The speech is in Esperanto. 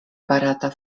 barata